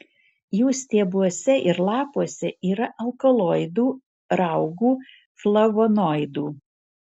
jų stiebuose ir lapuose yra alkaloidų raugų flavonoidų